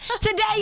Today